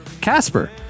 Casper